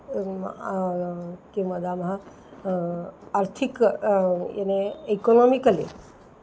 किं वदामः आर्थिकं यने एकोनामिकलि